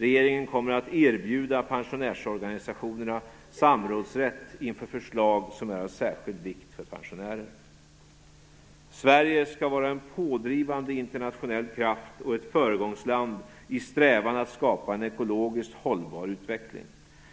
Regeringen kommer att erbjuda pensionärsorganisationerna samrådsrätt inför förslag som är av särskild vikt för pensionärer. Sverige skall vara en pådrivande internationell kraft och ett föregångsland i strävan att skapa en ekologiskt hållbar utveckling.